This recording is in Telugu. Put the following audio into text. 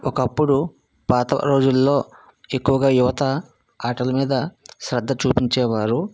ఒకప్పుడు పాత రోజులలో ఎక్కువగా యువత ఆటల మీద శ్రద్ధ చూపించేవారు